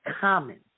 common